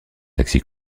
taxi